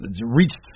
reached